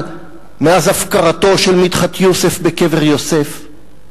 מאז הפקרתו של מדחת יוסף בקבר יוסף.